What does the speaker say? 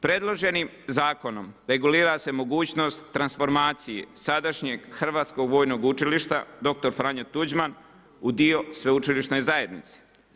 Predloženim zakonom, regulira se mogućnost transformacije, sadašnjeg Hrvatskog vojnog učilišta dr.Franjo Tuđman u dio sveučilišnoj zajednici.